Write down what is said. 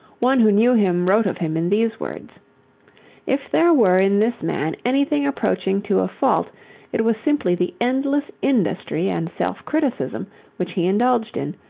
one who knew him wrote of him in these words if there were in this man anything approaching to a fault it was simply the endless industry and self-criticism which he indulged in,